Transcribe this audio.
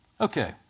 Okay